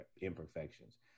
imperfections